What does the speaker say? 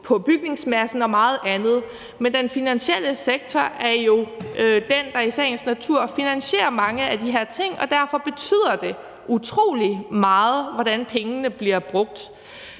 på bygningsmassen og meget andet, men den finansielle sektor er jo den, der i sagens natur finansierer mange af de her ting, og derfor betyder det utrolig meget, hvordan pengene bliver brugt.